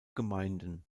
gemeinden